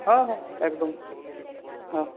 হ্যাঁ হ্যাঁ একদম হ্যাঁ